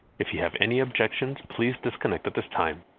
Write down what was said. if you have any objections, please disconnect at this time.